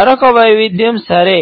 మరొక వైవిధ్యం 'సరే'